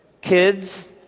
Kids